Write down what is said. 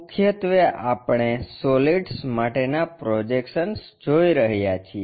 મુખ્યત્વે આપણે સોલિડ્સ માટેના પ્રોજેક્શન્સ જોઈ રહ્યા છીએ